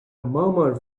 murmur